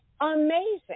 amazing